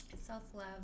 self-love